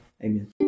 Amen